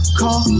call